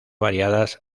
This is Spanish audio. variadas